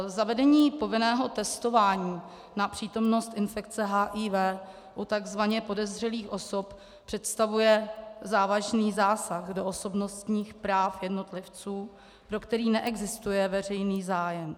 Zavedení povinného testování na přítomnost infekce HIV u takzvaně podezřelých osob představuje závažný zásah do osobnostních práv jednotlivců, pro který neexistuje veřejný zájem.